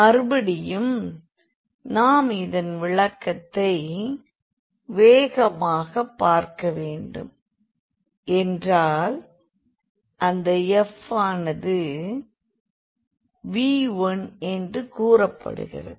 மறுபடியும் நாம் இதன் விளக்கத்தை வேகமாக பார்க்க வேண்டும் என்றால் இந்த f ஆனது V1 என்று கூறப்படுகிறது